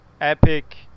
epic